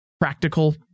practical